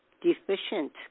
deficient